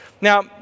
Now